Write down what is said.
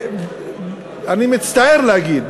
אני מצטער להגיד,